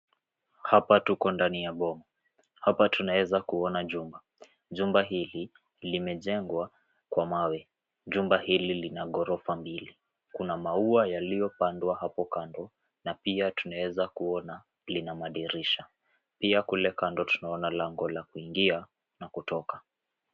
Hapa tuko ndani ya boma. Hapa tunaweza kuona jumba. Jumba hili limejengwa kwa mawe. Jumba hili lina ghorofa mbili kuna mauwa yaliopandwa hapo kando na pia tuweza kuona lina madirisha pia kule kando tunaona lango la kuingia na kutoka.